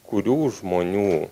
kurių žmonių